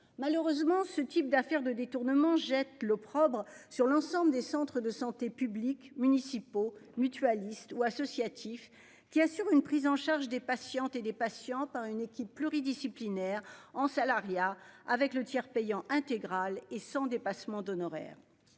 malheureusement ce type d'affaire de détournement jette l'opprobre sur l'ensemble des centres de santé publics municipaux mutualistes ou associatifs qui assure une prise en charge des patientes et des patients par une équipe pluridisciplinaire en salariat avec le tiers payant intégral et sans dépassements d'honoraires.